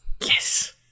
Yes